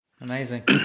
Amazing